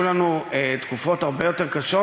לא היו לנו תקופות יותר קשות?